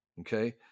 okay